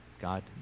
God